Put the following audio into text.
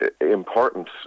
important